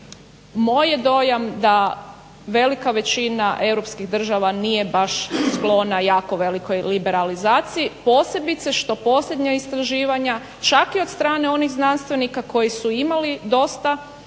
je dojam da velika većina europskih država nije baš sklona jako velikoj liberalizaciji, posebice što posljednja istraživanja čak i od strane onih znanstvenika koji su imali dosta liberalan